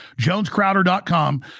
jonescrowder.com